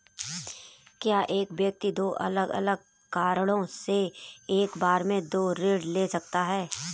क्या एक व्यक्ति दो अलग अलग कारणों से एक बार में दो ऋण ले सकता है?